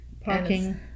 parking